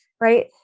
right